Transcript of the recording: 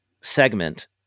segment